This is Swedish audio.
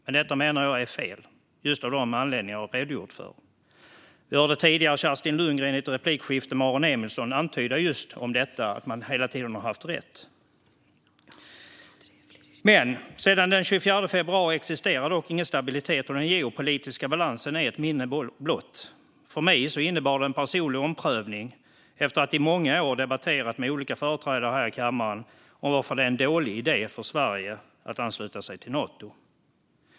Men jag menar att detta är fel av just de anledningar som jag har redogjort för. Vi hörde tidigare Kerstin Lundgren i ett replikskifte med Aron Emilsson antyda just att man hela tiden har haft rätt. Sedan den 24 februari existerar dock ingen stabilitet, och den geopolitiska balansen är ett minne blott. För mig innebar detta en personlig omprövning efter att jag i många år hade debatterat med olika företrädare här i kammaren om varför det var en dålig idé att Sverige skulle ansluta sig till Nato.